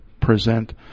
present